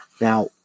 Now